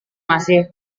masih